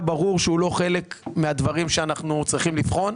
היה ברור שהוא לא חלק מהדברים שאנחנו צריכים לבחון.